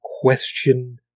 question